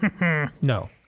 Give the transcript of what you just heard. No